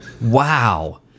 Wow